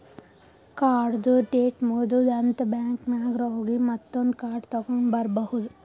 ಕಾರ್ಡ್ದು ಡೇಟ್ ಮುಗದೂದ್ ಅಂತ್ ಬ್ಯಾಂಕ್ ನಾಗ್ ಹೋಗಿ ಮತ್ತೊಂದ್ ಕಾರ್ಡ್ ತಗೊಂಡ್ ಬರ್ಬಹುದ್